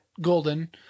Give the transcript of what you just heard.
Golden